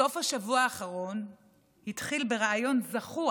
סוף השבוע האחרון התחיל בריאיון זחוח